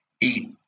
eat